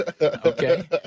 Okay